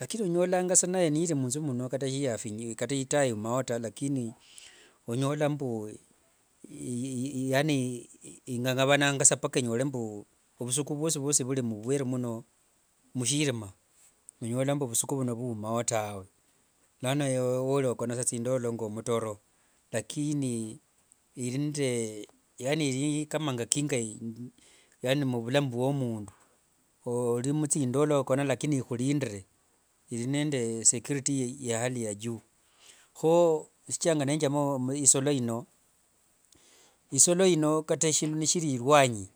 Lakini onyolanga sa nayo niiri munzu muno kata siiyafingia kata itaa yuumao ta lakini onyola mbu yaaani ing'ang'avananga sa mpaka inyole ovusuku vuosi vuosi vuri muvweru muno mushirima onyola mbu vusuku vuno vuumao tawe, lano yewe woori okona sa etsindolo nga omutoro, lakini iri nde, yaaani iri kama nga kinga, yaaani muvulamu vwo mundu, ori mutsindolo okona lakini ihurindire, iri nende security ya hali ya juu, ho shichiranga nenjama isolo ino, isolo kata eshindu shiri elwanyi,